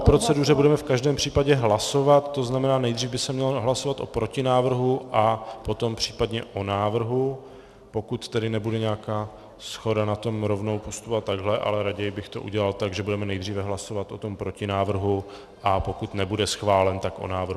O proceduře budeme v každém případě hlasovat, tzn. nejdřív by se mělo hlasovat o protinávrhu a potom případně o návrhu, pokud tedy nebude nějaká shoda na tom rovnou postupovat takhle, ale raději bych to udělal tak, že budeme nejdříve hlasovat o tom protinávrhu, a pokud nebude schválen, tak o návrhu.